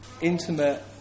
intimate